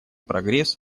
прогресс